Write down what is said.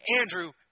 Andrew